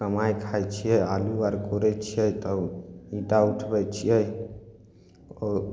कमाइ खाइ छियै आलू आर कोड़ै छियै तब ईंटा उठबै छियै ओ